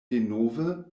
denove